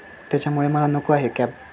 त्याच्यामुळे मला नको आहे कॅब